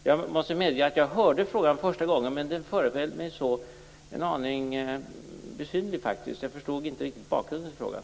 Jag hörde faktiskt frågan första gången, men den föreföll mig en aning besynnerlig. Jag förstod inte bakgrunden till frågan.